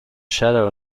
shadow